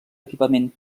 equipament